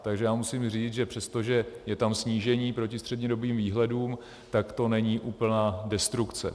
Takže musím říct, že přestože je tam snížení proti střednědobým výhledům, tak to není úplná destrukce.